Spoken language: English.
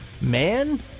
man